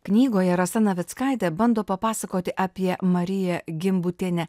knygoje rasa navickaitė bando papasakoti apie mariją gimbutienę